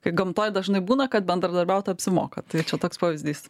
kaip gamtoj dažnai būna kad bendradarbiaut apsimoka tai čia toks pavyzdys